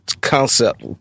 concept